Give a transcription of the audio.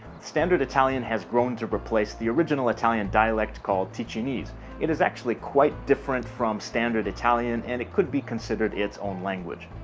standard italian has grown to replace the original italian dialect called ticinese it is actually quite different from standard italian and it could be considered its own language.